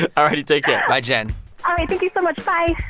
ah all righty, take care bye, jen all right, thank you so much. bye